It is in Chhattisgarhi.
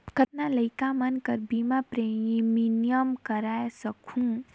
कतना लइका मन कर बीमा प्रीमियम करा सकहुं?